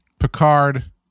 picard